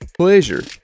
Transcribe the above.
pleasure